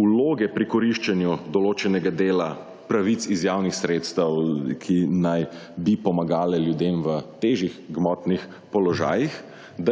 vloge pri koriščenju določenega dela pravic iz javnih sredstev, ki naj bi pomagale ljudem v težjih gmotnih položajih,